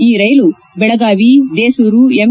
ಈ ರೈಲು ಬೆಳಗಾವಿ ದೇಸೂರು ಎಂ